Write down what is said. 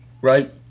right